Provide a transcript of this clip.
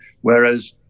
whereas